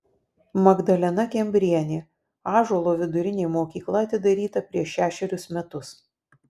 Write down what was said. magdalena kembrienė ąžuolo vidurinė mokykla atidaryta prieš šešerius metus